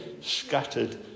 scattered